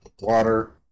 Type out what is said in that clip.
Water